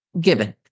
Given